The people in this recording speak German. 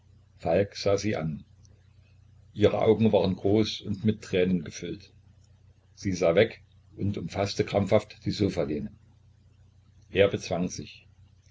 sah sie an ihre augen waren groß und mit tränen gefüllt sie sah weg und umfaßte krampfhaft die sofalehne er bezwang sich